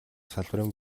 салбарын